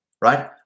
right